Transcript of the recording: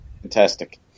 fantastic